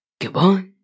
Goodbye